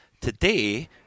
today